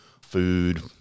food